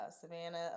savannah